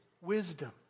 wisdom